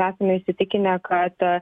esam įsitikinę kad